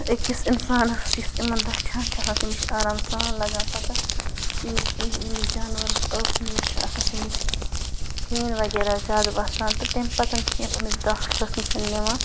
أکِس اِنسانَس یُس یِمَن رَچھان چھِ آسان تٔمِس چھِ آرام سان لَگان پَتہٕ ییٚمِس ییٚمِس جانوَرَس ٲس نیوٗر چھِ آسان تٔمِس چھِ فیٖن وغیرہ زیادٕ وَسان تہٕ تمہِ پَتہٕ چھِ یِم أمِس ڈاکٹَرَس نِش نِوان